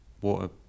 water